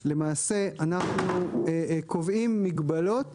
למעשה אנחנו קובעים מגבלות